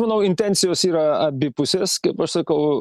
manau intencijos yra abipusės kaip aš sakau